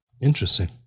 Interesting